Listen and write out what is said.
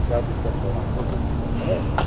क्या दिक़्क़त है आपको कुछ दिक़्क़त है